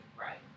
right